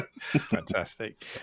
fantastic